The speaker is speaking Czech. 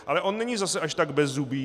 Ale on není zase až tak bezzubý.